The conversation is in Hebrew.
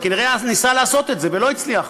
וכנראה אז ניסה לעשות את זה ולא הצליח,